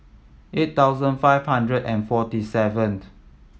eight thousand five hundred and forty seven